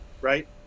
right